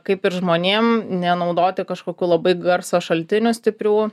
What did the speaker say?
kaip ir žmonėm nenaudoti kažkokių labai garso šaltinio stiprių